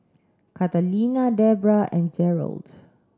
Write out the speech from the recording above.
Catalina Debrah and Jerald